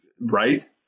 Right